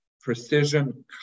precision